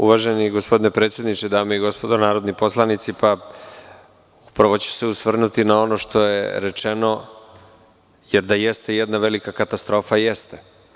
Uvaženi gospodine predsedniče, dame i gospodo narodni poslanici, prvo će osvrnuti na ono što je rečeno, jer da jeste jedna velika katastrofa jeste.